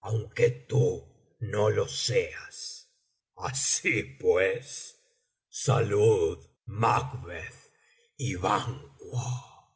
aunque tú no lo seas así pues salud macbeth y banquo